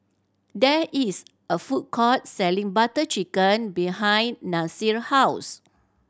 there is a food court selling Butter Chicken behind Nasir house